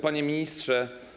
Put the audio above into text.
Panie Ministrze!